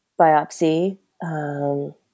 biopsy